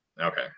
Okay